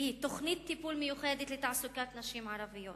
והן תוכנית טיפול מיוחדת לתעסוקת נשים ערביות